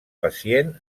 pacient